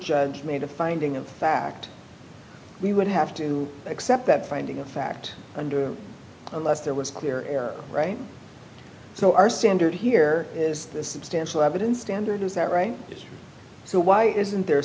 judge made a finding of fact we would have to accept that finding of fact under lester was clear right so our standard here is substantial evidence standard is that right so why isn't there